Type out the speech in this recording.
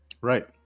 Right